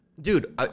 Dude